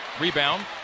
Rebound